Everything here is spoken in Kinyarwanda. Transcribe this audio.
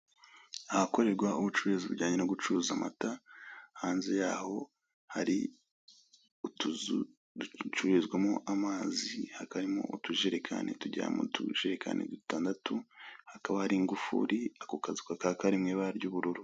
Ahakorerwa ubucuruzi bujyanye no gucuruza amata, hanze hayo hari utuzu ducururizwamo amazi, habaka barimo utujerekani tugera mu tujerekani dutandatu, hakaba hari ingufuri, ako kazu kakaba kari mu ibara ry'ubururu.